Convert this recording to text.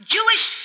Jewish